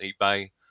eBay